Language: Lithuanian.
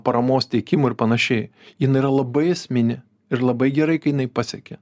paramos teikimu ir panašiai jinai yra labai esminė ir labai gerai kai jinai pasekia